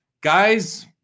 Guys